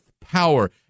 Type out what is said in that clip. power